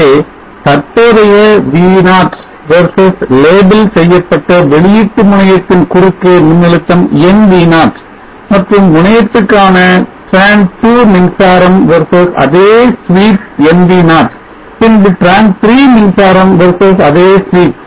ஆகவே தற்போதைய V0 versus label செய்யப்பட்ட வெளியீட்டு முனையத்தின் குறுக்கே மின்னழுத்தம் nv0 மற்றும் முனையத்துக்கான tran 2 மின்சாரம் versus அதே sweep nvo பின்பு tran 3 மின்சாரம் versus அதே sweep